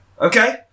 Okay